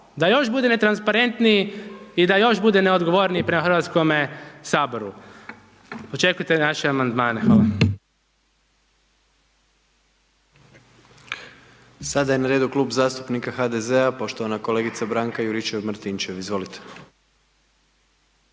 da još bude netransparentniji i da još bude neodgovorniji prema Hrvatskome saboru. Očekujte naše amandmane, hvala. **Jandroković, Gordan (HDZ)** Sada je na redu Klub zastupnik HDZ-a, poštovana kolegica Branka Juričev Martinčev, izvolite.